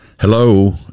Hello